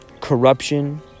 corruption